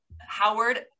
howard